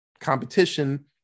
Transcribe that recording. competition